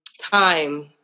time